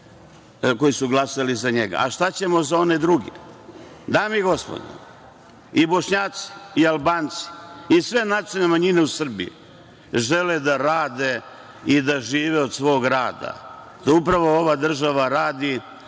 koji su glasali za njega, a šta ćemo za one druge. Dame i gospodi, i Bošnjaci i Albanci i sve nacionalne manjine u Srbiji žele da rade i da žive od svog rada. To upravo ova država radi,